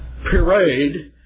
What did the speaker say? parade